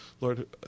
Lord